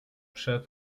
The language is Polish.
przed